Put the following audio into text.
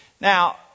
Now